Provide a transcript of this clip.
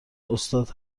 استاد